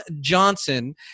Johnson